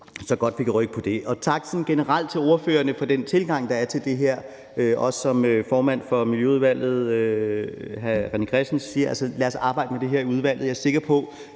godt vi kan rykke på det. Også tak sådan generelt til ordførerne for den tilgang, der er til det her. Jeg vil sige, som også formand for Miljøudvalget, hr. René Christensen siger: Lad os arbejde med det her i udvalget. Jeg er sikker på,